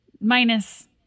minus